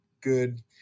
good